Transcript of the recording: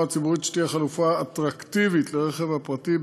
ציבורית שתהיה חלופה אטרקטיבית לרכב הפרטי,